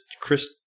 Chris